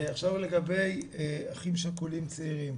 עכשיו לגבי אחים שכולים צעירים.